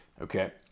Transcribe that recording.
Okay